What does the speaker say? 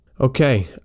Okay